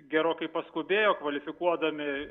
gerokai paskubėjo kvalifikuodami